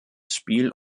spiel